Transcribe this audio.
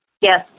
Yes